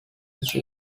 each